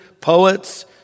poets